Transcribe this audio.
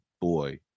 boy